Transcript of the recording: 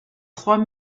trois